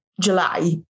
july